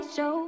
Show